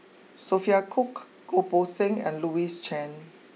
Sophia Cooke Goh Poh Seng and Louis Chen